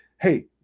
Hey